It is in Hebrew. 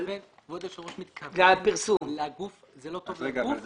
כבוד היושב ראש מתכוון שזה לא טוב לגוף או לענף?